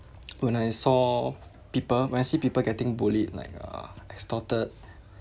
when I saw people when I see people getting bullied like uh extorted